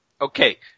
Okay